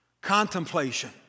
contemplation